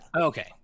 Okay